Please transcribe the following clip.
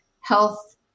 health